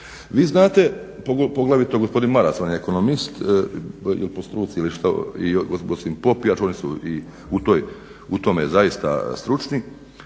Vi znate poglavito gospodin Maras on je ekonomist po struci ili što gospodin Popijač. Oni su i u tome zaista stručni